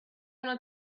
wanna